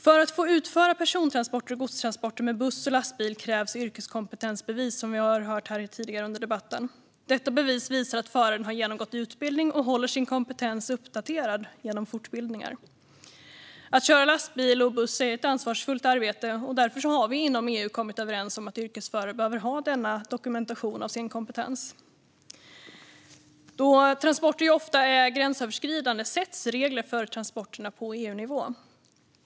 För att få utföra persontransporter och godstransporter med buss och lastbil krävs yrkeskompetensbevis, som vi har hört tidigare under debatten. Detta bevis visar att föraren har genomgått utbildning och håller sin kompetens uppdaterad genom fortbildningar. Att köra lastbil eller buss är ett ansvarsfullt arbete, och därför har man inom EU kommit överens om att yrkesförare behöver ha denna dokumentation av sin kompetens. Då transporter ofta är gränsöverskridande sätts regler för transporterna på EU-nivå.